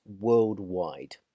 worldwide